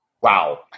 wow